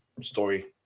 story